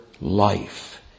life